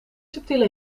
subtiele